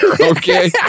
Okay